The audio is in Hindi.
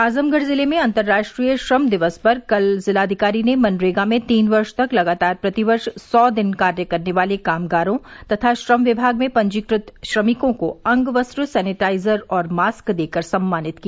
आजमगढ़ जिले में अंतर्राष्ट्रीय श्रम दिवस पर कल जिलाधिकारी ने मनरेगा में तीन वर्ष तक लगातार प्रति वर्ष सौ दिन कार्य करने वाले कामगारों तथा श्रम विभाग में पंजीकृत श्रमिकों को अंगवस्त्र सैनिटाइजर और मास्क देकर सम्मानित किया